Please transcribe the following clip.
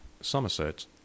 Somerset